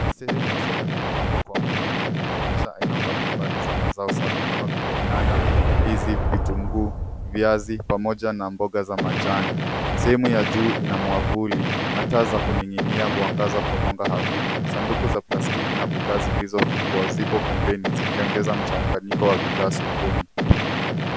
Sehemu ya soko imepangwa kwa umakini ikionyesha aina mbalimbali za mazao safi kama vile nyanya, ndizi, vitunguu, viazi pamoja na mboga za majani. Sehemu ya juu ina mwavuli na taa za kuning'inia huangaza kwa mwangaza hafifu. Sanduku za plastiki na bidhaa zilizofungwa zipo pembeni zikiongeza mchanganyiko wa bidhaa sokoni.